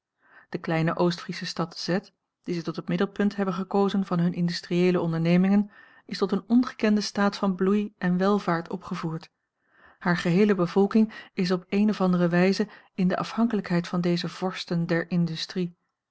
een omweg oostfriesche stad z die zij tot het middelpunt hebben gekozen van hunne industrieele ondernemingen is tot een ongekenden staat van bloei en welvaart opgevoerd haar geheele bevolking is op eene of andere wijze in de afhankelijkheid van deze vorsten der industrie